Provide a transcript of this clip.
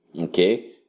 okay